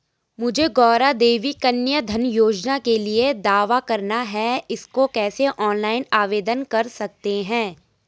मुझे गौरा देवी कन्या धन योजना के लिए दावा करना है इसको कैसे ऑनलाइन आवेदन कर सकते हैं?